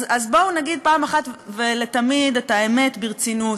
אז בואו נגיד אחת ולתמיד את האמת ברצינות: